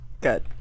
Good